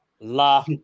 la